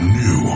new